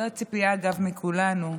אגב, זו הציפייה מכולנו,